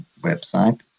website